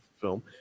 film